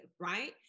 right